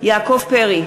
יעקב פרי,